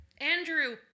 Andrew